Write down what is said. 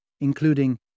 including